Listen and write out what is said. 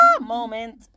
moment